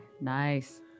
Nice